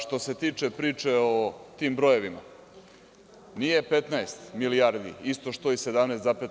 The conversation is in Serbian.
Što se tiče priče o tim brojevima, nije 15 milijardi isto što i 17,7.